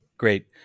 Great